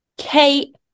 Kate